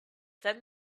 then